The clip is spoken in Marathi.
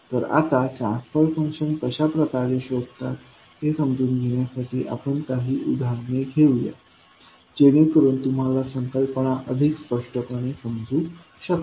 तर आता ट्रान्सफर फंक्शन कशाप्रकारे शोधतात हे समजून घेण्यासाठी आपण काही उदाहरणे घेऊया जेणेकरुन तुम्हाला संकल्पना अधिक स्पष्टपणे समजू शकेल